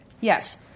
Yes